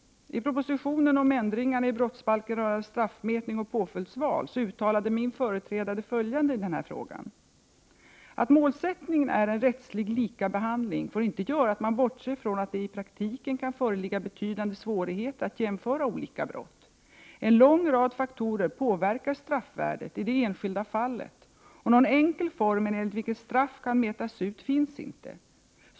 I propositionen om ändringar i brottsbalken när det gäller straffmätningen och påföljdsvalet uttalade min företrädare följande i denna fråga: Att målsättningen är en rättslig likabehandling får inte göra att man bortser från att det i praktiken kan föreligga betydande svårigheter att jämföra olika brott. En lång rad faktorer påverkar straffvärdet i det enskilda fallet, och någon enkel form enligt vilken straff kan mätas ut finns inte.